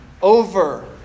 Over